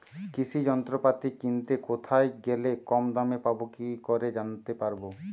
কৃষি যন্ত্রপাতি কিনতে কোথায় গেলে কম দামে পাব কি করে জানতে পারব?